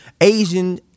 Asian